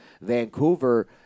Vancouver